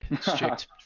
strict